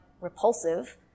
repulsive